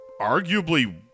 arguably